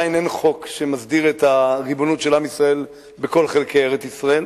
עדיין אין חוק שמסדיר את הריבונות של עם ישראל בכל חלקי ארץ-ישראל.